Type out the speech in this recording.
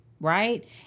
right